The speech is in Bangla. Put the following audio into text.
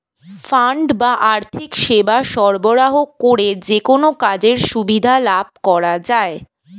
ফান্ড বা আর্থিক সেবা সরবরাহ করে যেকোনো কাজের সুবিধা লাভ করা যায়